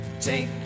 Take